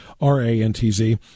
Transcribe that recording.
R-A-N-T-Z